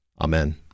Amen